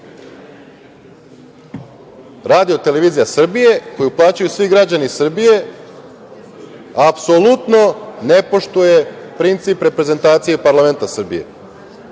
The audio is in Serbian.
televizija Srbije, koju plaćaju svi građani Srbije, apsolutno ne poštuje princip reprezentacije parlamenta Srbije